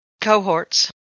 cohorts